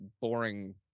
boring